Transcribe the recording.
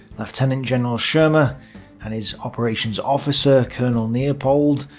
lieutenant general schirmer and his operations officer, colonel niepold,